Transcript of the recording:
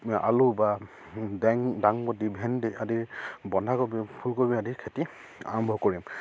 আলু বা ডেং দাংবডী ভেন্দি আদিৰ বন্ধাকবি ফুলকবি আদিৰ খেতি আৰম্ভ কৰিম